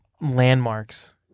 landmarks